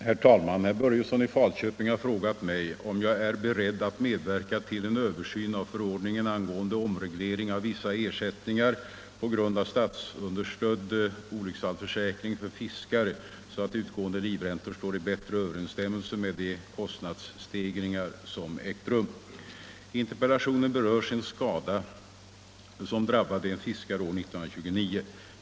Herr talman! Herr Börjesson i Falköping har frågat mig om jag är beredd att medverka till en översyn av förordningen angående omreglering av vissa ersättningar på grund av statsunderstödd olycksfallsförsäkring för fiskare så att utgående livräntor står i bättre överensstämmelse med de kostnadsstegringar som ägt rum. I interpellationen berörs en skada som drabbade en fiskare år 1929.